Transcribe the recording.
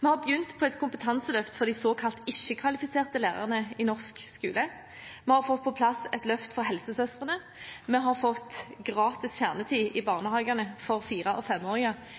Vi har begynt på et kompetanseløft for de såkalt ikke-kvalifiserte lærerne i norsk skole, vi har fått på plass et løft for helsesøstrene, og vi har fått gratis kjernetid i barnehagene for